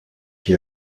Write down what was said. qui